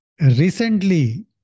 Recently